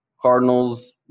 Cardinals